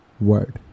word